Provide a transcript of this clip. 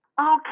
Okay